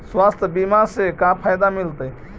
स्वास्थ्य बीमा से का फायदा मिलतै?